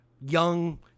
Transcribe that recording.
Young